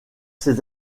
ces